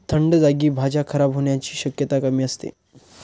थंड जागी भाज्या खराब होण्याची शक्यता कमी असते